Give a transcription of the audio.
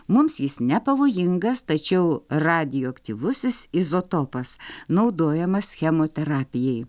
mums jis nepavojingas tačiau radioaktyvusis izotopas naudojamas chemoterapijai